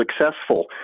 successful